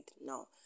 no